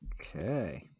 Okay